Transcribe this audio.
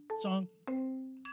song